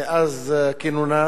מאז כינונה.